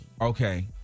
Okay